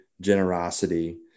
generosity